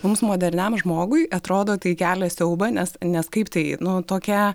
mums moderniam žmogui atrodo tai kelia siaubą nes nes kaip tai nu tokia